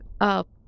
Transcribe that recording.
up